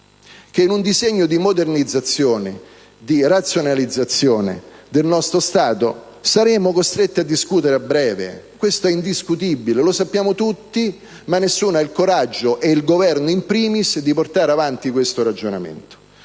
che, in un disegno di modernizzazione e razionalizzazione del nostro Stato, saremo costretti a discutere a breve: questo è indiscutibile, lo sappiamo tutti, ma nessuno ha il coraggio, il Governo *in primis*, di portare avanti un simile ragionamento.